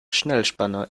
schnellspanner